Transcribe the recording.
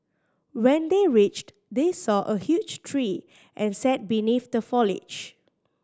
when they reached they saw a huge tree and sat beneath the foliage